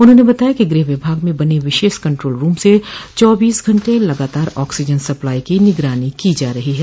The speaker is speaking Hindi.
उन्होंने बताया कि गृह विभाग में बने विशेष कन्ट्रोल रूम से लगातार चौबीस घंटे ऑक्सीजन सप्लाई की निगरानो की जा रही है